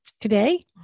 today